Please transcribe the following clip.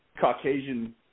Caucasian